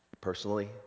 Personally